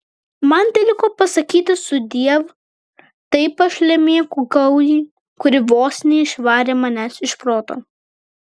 man teliko pasakyti sudiev tai pašlemėkų gaujai kuri vos neišvarė manęs iš proto